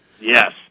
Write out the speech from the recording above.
Yes